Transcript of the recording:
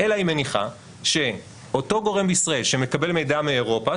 אלא היא מניחה שאותו גורם בישראל שמקבל מידע מאירופה,